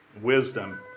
wisdom